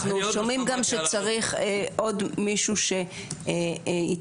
אנחנו שומעים גם שצריך עוד מישהו שייתן